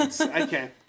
okay